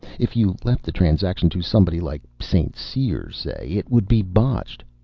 if you left the transaction to somebody like st. cyr, say, it would be botched.